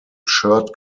shirt